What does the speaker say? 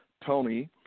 Tony